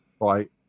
Right